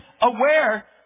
aware